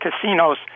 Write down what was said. casinos